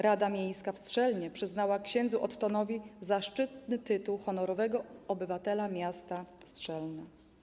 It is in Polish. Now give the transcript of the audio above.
Rada Miejska w Strzelnie przyznała ks. Ottonowi zaszczytny tytuł honorowego obywatela miasta Strzelno.